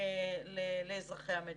לאזרחי המדינה.